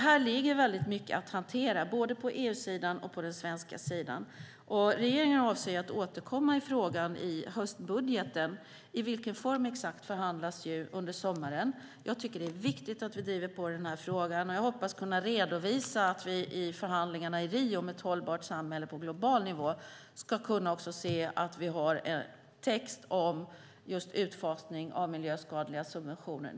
Här ligger alltså väldigt mycket att hantera, både på EU-sidan och på den svenska sidan. Regeringen avser att återkomma i frågan i höstbudgeten. I exakt vilken form förhandlas under sommaren. Jag tycker att det är viktigt att vi driver på i frågan, och jag hoppas att vi i förhandlingarna i Rio om ett hållbart samhälle på global nivå ska kunna se att vi har en text om just utfasning av miljöskadliga subventioner.